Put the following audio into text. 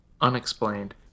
unexplained